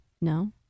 No